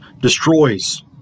destroys